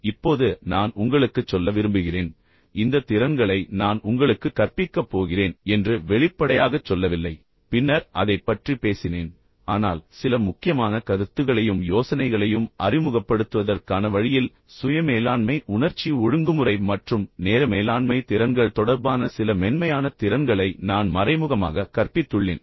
இப்போது நான் உங்களுக்குச் சொல்ல விரும்புகிறேன் இந்த திறன்களை நான் உங்களுக்குக் கற்பிக்கப் போகிறேன் என்று வெளிப்படையாகச் சொல்லவில்லை பின்னர் அதைப் பற்றி பேசினேன் ஆனால் சில முக்கியமான கருத்துகளையும் யோசனைகளையும் அறிமுகப்படுத்துவதற்கான வழியில் சுய மேலாண்மை உணர்ச்சி ஒழுங்குமுறை மற்றும் நேர மேலாண்மை திறன்கள் தொடர்பான சில மென்மையான திறன்களை நான் மறைமுகமாக கற்பித்துள்ளேன்